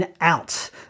out